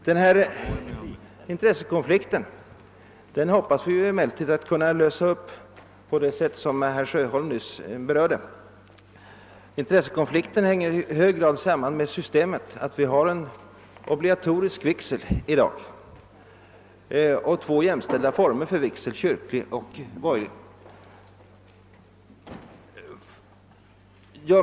Vi hoppas kunna lösa denna intressekonflikt på det sätt som herr Sjöholm nyss berörde, Intressekonflikten hänger i hög grad samman med att det i dag finns en obligatorisk vigsel, och att de båda formerna kyrklig och borgerlig vigsel är jämställda.